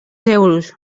euros